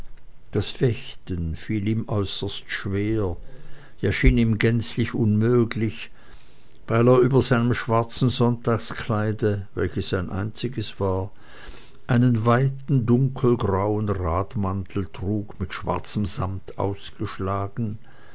das fechten fiel ihm äußerst schwer ja schien ihm gänzlich unmöglich weil er über seinem schwarzen sonntagskleide welches sein einziges war einen weiten dunkelgrauen radmantel trug mit schwarzem samt ausgeschlagen